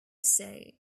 say